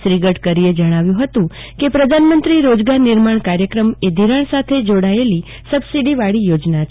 શ્રી ગડકરીએ જણાવ્યું કે પ્રધાનમંત્રી રોજગાર નિર્માણ કાર્યક્રમ એ નિર્માણ સાથે જોડાયેલો સબસીડોવાળી યોજના છે